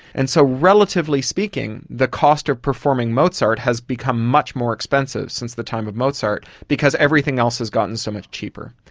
and so relatively speaking, the cost of performing mozart has become much more expensive since the time of mozart because everything else has gotten so much cheaper.